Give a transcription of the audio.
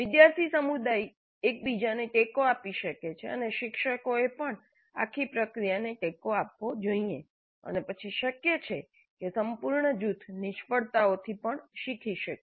વિદ્યાર્થી સમુદાય એક બીજાને ટેકો આપી શકે છે અને શિક્ષકોએ પણ આખી પ્રક્રિયાને ટેકો આપવો જોઇએ અને પછી શક્ય છે કે સંપૂર્ણ જૂથ નિષ્ફળતાઓથી પણ શીખી શકે